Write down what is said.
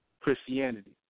Christianity